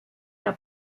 der